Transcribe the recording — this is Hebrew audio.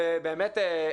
להגיד.